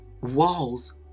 Walls